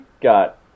got